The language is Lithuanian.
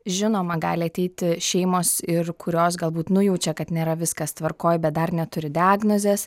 žinoma gali ateiti šeimos ir kurios galbūt nujaučia kad nėra viskas tvarkoj bet dar neturi diagnozės